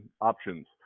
options